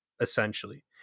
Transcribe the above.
essentially